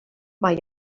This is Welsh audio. mae